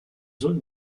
zone